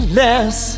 less